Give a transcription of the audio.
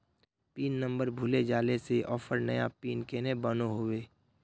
Pin number भूले जाले से ऑफर नया पिन कन्हे बनो होबे?